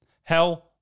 Hell